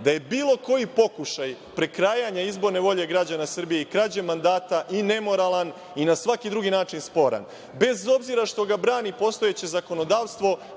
da je bilo koji pokušaj prekrajanja izborne volje građana Srbije i krađe mandata i nemoralan i na svaki drugi način sporan, bez obzira što ga brani postojeće zakonodavstvo,